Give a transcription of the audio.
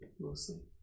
mostly